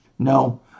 No